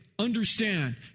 Understand